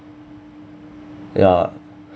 ya